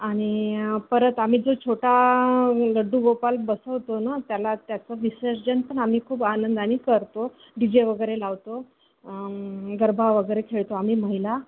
आणि परत आम्ही जो छोटा लड्डू गोपाल बसवतो ना त्याला त्याचं विसर्जन पण आम्ही खूप आनंदाने करतो डी जे वगैरे लावतो गरबा वगैरे खेळतो आम्ही महिला